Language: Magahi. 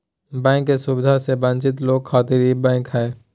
बैंक के सुविधा से वंचित लोग खातिर ई बैंक हय